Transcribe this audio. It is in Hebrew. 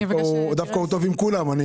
הוא דווקא טוב עם כולם,